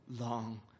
long